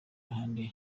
ruhande